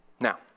Now